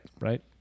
Right